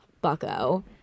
Bucko